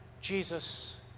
Jesus